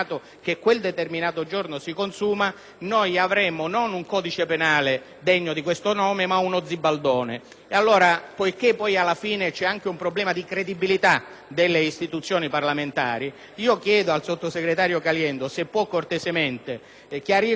non avremmo un codice penale degno di questo nome ma uno zibaldone. Poiché, infine, vi è anche un problema di credibilità delle istituzioni parlamentari, chiedo al sottosegretario Caliendo se può cortesemente chiarire questo aspetto e far capire ai